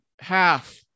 half